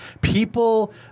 people